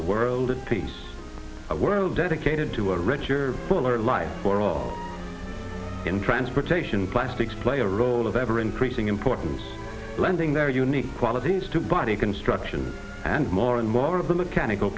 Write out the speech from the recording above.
a world of peace a world dedicated to a richer fuller life for all in transportation plastics play a role of ever increasing importance lending their unique qualities to body construction and more and more of the mechanical